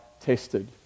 tested